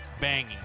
banging